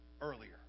earlier